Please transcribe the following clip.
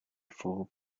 full